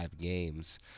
games